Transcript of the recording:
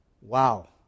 Wow